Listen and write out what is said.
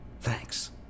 Thanks